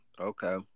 Okay